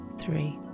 three